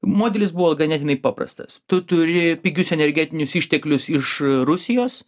modelis buvo ganėtinai paprastas tu turi pigius energetinius išteklius iš rusijos